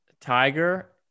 Tiger